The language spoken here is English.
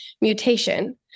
mutation